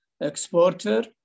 exporter